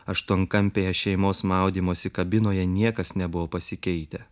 aštuonkampėje šeimos maudymosi kabinoje niekas nebuvo pasikeitę